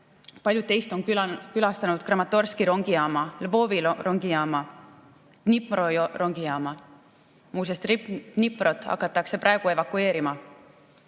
paljud teist on külastanud Kramatorski rongijaama, Lvivi rongijaama, Dnipro rongijaama. Muuseas, Dniprot hakatakse praegu evakueerima.